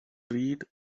read